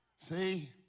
See